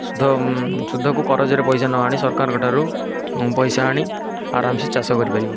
ସୁଧ ସୁଧକୁ କରଜରେ ପଇସା ନ ଆଣି ସରକାରଙ୍କ ଠାରୁ ପଇସା ଆଣି ଆରାମ ସେ ଚାଷ କରିପାରିବ